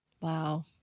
Wow